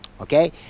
Okay